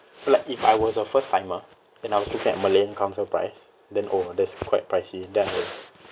like if I was a first timer then I will look at malayan council price then oh that's quite pricey then I will